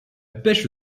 pêche